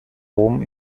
rom